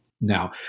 Now